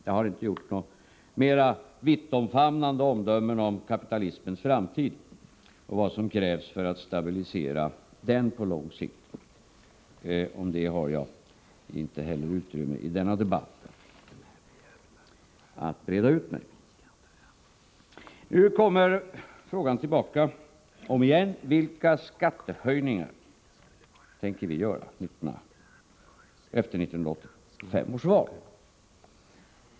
Jag har inte gjort några mer vittomfamnande omdömen om kapitalismens framtid och vad som krävs för att stabilisera den på lång sikt. Jag har inte heller utrymme i denna debatt att breda ut mig om detta. Nu ställs åter frågan om vilka skattehöjningar vi tänker genomföra efter 1985 års val.